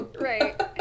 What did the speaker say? right